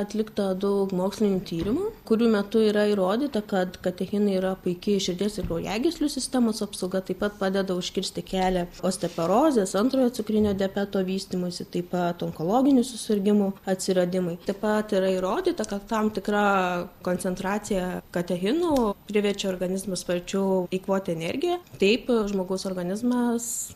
atlikta daug mokslinių tyrimų kurių metu yra įrodyta kad katechinai yra puiki širdies ir kraujagyslių sistemos apsauga taip pat padeda užkirsti kelią osteoporozės antrojo cukrinio diabeto vystymuisi taip pat onkologinių susirgimų atsiradimui taip pat yra įrodyta kad tam tikra koncentracija katechinų priverčia organizmą sparčiau eikvoti energiją taip žmogaus organizmas